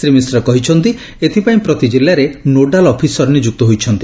ଶ୍ରୀ ମିଶ୍ର କହିଛନ୍ତି ଏଥ୍ପାଇଁ ପ୍ରତି କିଲ୍ଲାରେ ନୋଡାଲ ଅଫିସର ନିଯୁକ୍ତ ହୋଇଛନ୍ତି